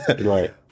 Right